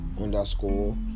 underscore